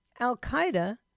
Al-Qaeda